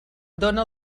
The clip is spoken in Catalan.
dóna